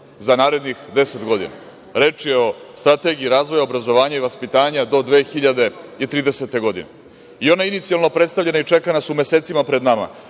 za narednih 10 godina. Reč je o Strategiji razvoja obrazovanja i vaspitanja do 2030. godine i ona je inicijalno predstavljena i čeka nas u mesecima pred nama,